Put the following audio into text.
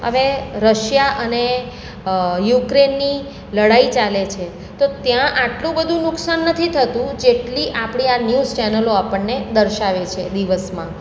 હવે રશિયા અને યુક્રેનની લડાઈ ચાલે છે તો ત્યાં આટલું બધું નુકસાન નથી થતું જેટલી આપણી આ ન્યૂઝ ચેનલો આપણને દર્શાવે છે દિવસમાં